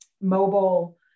mobile